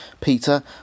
Peter